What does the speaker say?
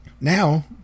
now